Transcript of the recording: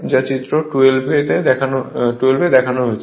যা চিত্র 12 তে উল্লেখ করা হয়েছে